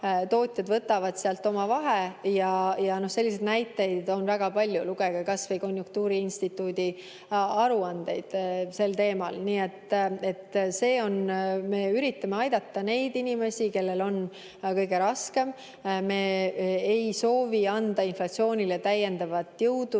tootjad võtavad sealt oma vahe. Ja selliseid näiteid on väga palju. Lugege kas või konjunktuuriinstituudi aruandeid sel teemal. Nii et me üritame aidata neid inimesi, kellel on kõige raskem, me ei soovi anda inflatsioonile täiendavat jõudu